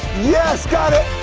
yes, got it!